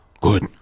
Good